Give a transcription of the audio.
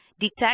detect